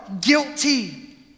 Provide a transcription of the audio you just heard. guilty